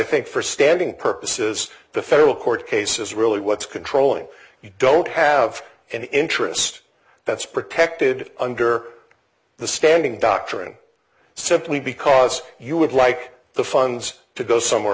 think for standing purposes the federal court case is really what's controlling you don't have an interest that's protected under the standing doctrine simply because you would like the funds to go somewhere